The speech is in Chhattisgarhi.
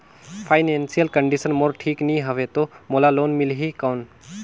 फाइनेंशियल कंडिशन मोर ठीक नी हवे तो मोला लोन मिल ही कौन??